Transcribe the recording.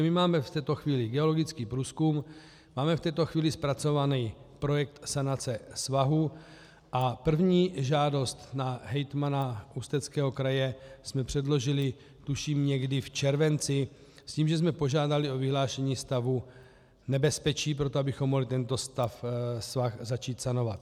My máme v této chvíli geologický průzkum, máme v této chvíli zpracovaný projekt sanace svahů a první žádost na hejtmana Ústeckého kraje jsme předložili, tuším, někdy v červenci, s tím že jsme požádali o vyhlášení stavu nebezpečí pro to, abychom mohli tento svah začít sanovat.